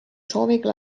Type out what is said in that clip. sooviga